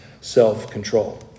self-control